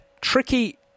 tricky